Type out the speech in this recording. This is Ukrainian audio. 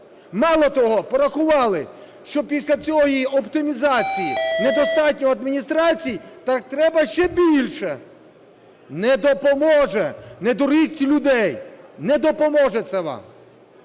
Мало того, порахували, що після цієї оптимізації недостатньо адміністрацій, так треба ще більше. Не допоможе! Не дуріть людей, не допоможе це вам.